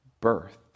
birth